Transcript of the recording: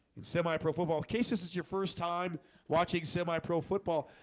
in semi-pro football case. this is your first time watching semi-pro football,